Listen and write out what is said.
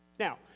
Now